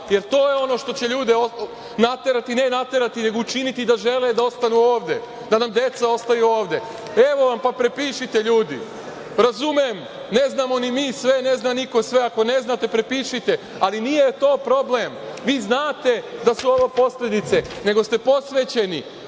jer to je ono što će ljude učiniti da žele da ostanu ovde, da nam deca ostaju ovde. Evo vam, pa prepišite, ljudi. Razumem, ne znamo ni mi sve, ne zna niko sve. Ako ne znate, prepišite, ali nije to problem. Vi znate da su ovo posledice, nego ste posvećeni